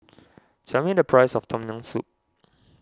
tell me the price of Tom Yam Soup